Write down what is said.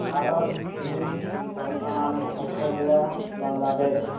ᱵᱷᱟᱨᱚᱛ ᱪᱤᱱ Japan Australia Bangladesh